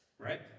right